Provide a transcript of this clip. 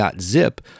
.zip